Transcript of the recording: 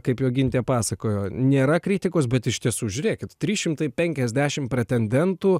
kaip jogintė pasakojo nėra kritikos bet iš tiesų žiūrėkit trys šimtai penkiasdešim pretendentų